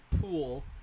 pool